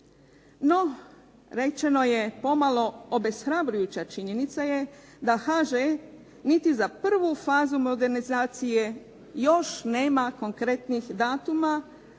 No, rečeno je pomalo obeshrabrujuća činjenica je da HŽ niti za prvu fazu modernizacije, još nema konkretnijih datuma,